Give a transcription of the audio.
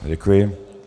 Děkuji.